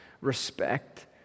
respect